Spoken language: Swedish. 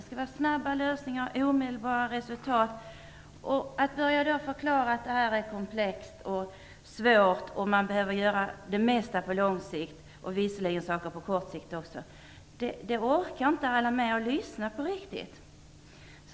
Om vi då börja förklara att detta är komplext och svårt och att det mesta bör ske på lång sikt orkar man inte lyssna på oss.